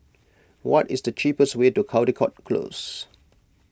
what is the cheapest way to Caldecott Close